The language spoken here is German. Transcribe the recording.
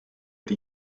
die